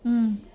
mm